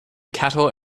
cattle